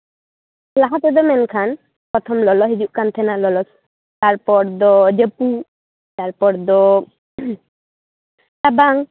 ᱞᱟᱦᱟᱛᱮᱫᱚ ᱢᱮᱱᱠᱷᱟᱱ ᱯᱨᱚᱛᱷᱚᱢ ᱞᱚᱞᱚ ᱦᱤᱡᱩᱜ ᱠᱟᱱ ᱛᱟᱦᱮᱱᱟ ᱞᱚᱞᱚ ᱛᱟᱨᱯᱚᱨ ᱫᱚ ᱡᱟᱹᱯᱩᱫ ᱛᱟᱨᱯᱚᱨ ᱫᱚ ᱨᱟᱵᱟᱝ